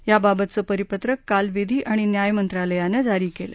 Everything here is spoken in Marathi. याबाबतचं परिपत्रक काल विधी आणि न्यायमंत्रालयानं जारी केलं